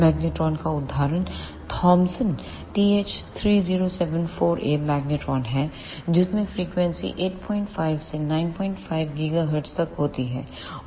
magnetron का उदाहरण Thomson TH3074A magnetron है जिसमें फ्रीक्वेंसी 85 से 95 GHz तक होती है